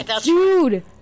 Dude